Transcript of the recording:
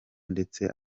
ndetse